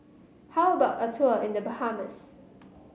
how about a tour in The Bahamas